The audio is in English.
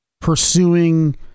pursuing